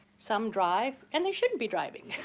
some drive and they shouldn't be driving.